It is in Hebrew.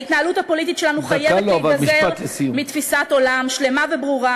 ההתנהלות הפוליטית שלנו חייבת להיגזר מתפיסת עולם שלמה וברורה,